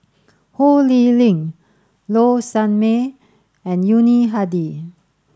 Ho Lee Ling Low Sanmay and Yuni Hadi